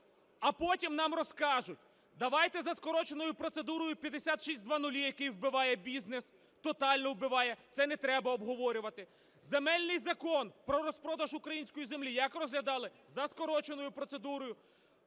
А потім нам розкажуть, давайте за скороченою процедурою 5600, який вбиває бізнес, тотально вбиває. Це не треба обговорювати. Земельний закон про розпродаж української землі як розглядали? За скороченою процедурою.